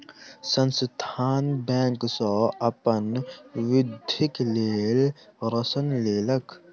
संस्थान बैंक सॅ अपन वृद्धिक लेल ऋण लेलक